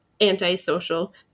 antisocial